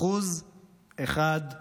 1% בלבד.